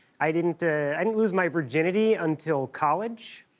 i didn't i didn't lose my virginity until college.